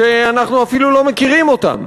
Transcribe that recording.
שאנחנו אפילו לא מכירים אותם?